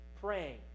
praying